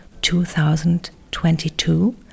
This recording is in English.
2022